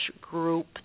group